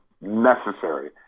necessary